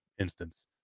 instance